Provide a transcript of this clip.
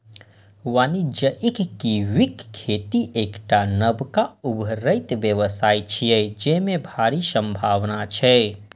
वाणिज्यिक कीवीक खेती एकटा नबका उभरैत व्यवसाय छियै, जेमे भारी संभावना छै